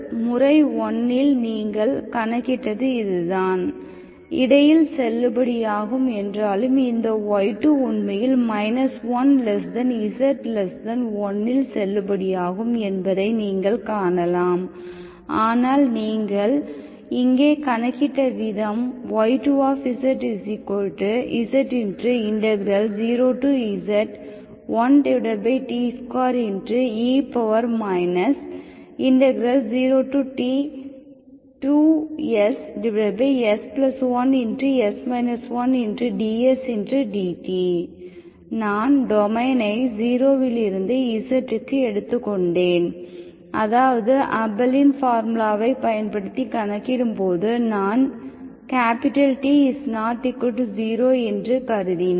முறை 1 இல் நீங்கள் கணக்கிட்டது இதுதான் இடையில் செல்லுபடியாகும் என்றாலும் இந்த y2 உண்மையில் 1 z 1 இல் செல்லுபடியாகும் என்பதை நீங்கள் காணலாம் ஆனால் நீங்கள் இங்கே கணக்கிட்ட விதம் y2zz0z1t2e 0t2ss1s 1dsdt நான் டொமைனை 0 லிருந்து z க்கு எடுத்துக்கொண்டேன் அதாவது ஆபெலின் பார்முலாவை பயன்படுத்தி கணக்கிடும் போது நான் T ≠ 0 என்று கருதினேன்